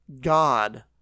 God